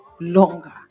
longer